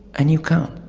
and you can't.